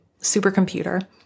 supercomputer